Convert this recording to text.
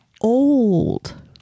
old